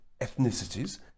ethnicities